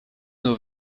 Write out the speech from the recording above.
nur